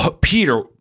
Peter